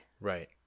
Right